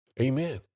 Amen